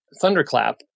Thunderclap